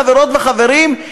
חברות וחברים,